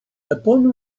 upon